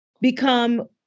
become